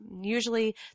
Usually